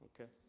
okay